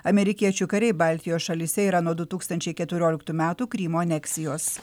amerikiečių kariai baltijos šalyse yra nuo du tūkstančiai keturioliktų metų krymo aneksijos